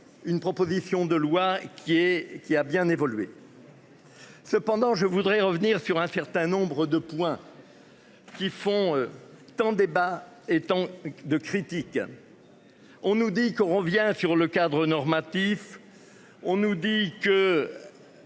une proposition de loi qui est qui a bien évolué. Cependant, je voudrais revenir sur un certain nombre de points. Qui font tant débat étant de critiques. On nous dit qu'on revient sur le cadre normatif. On nous dit qu'.